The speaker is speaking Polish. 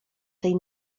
tej